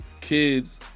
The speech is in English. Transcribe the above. kids